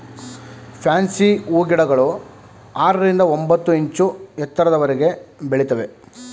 fancy ಹೂಗಿಡಗಳು ಆರರಿಂದ ಒಂಬತ್ತು ಇಂಚು ಎತ್ತರದವರೆಗೆ ಬೆಳಿತವೆ